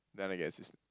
then I guess is